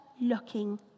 looking